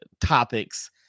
topics